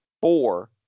four